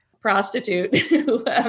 prostitute